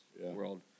world